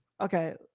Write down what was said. Okay